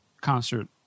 concert